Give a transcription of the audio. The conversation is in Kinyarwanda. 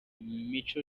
mico